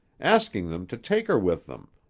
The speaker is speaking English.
asking them to take her with them,